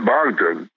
Bogdan